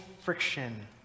friction